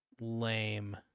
Lame